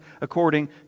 according